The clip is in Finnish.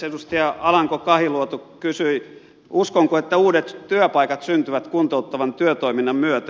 edustaja alanko kahiluoto kysyi uskonko että uudet työpaikat syntyvät kuntouttavan työtoiminnan myötä